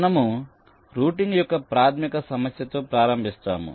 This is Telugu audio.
మనము రూటింగ్ యొక్క ప్రాథమిక సమస్యతో ప్రారంభిస్తాము